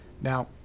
now